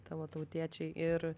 tavo tautiečiai ir